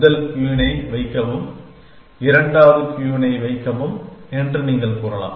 முதல் குயின் ஐ வைக்கவும் இரண்டாவது குயின் ஐ வைக்கவும் என்று நீங்கள் கூறலாம்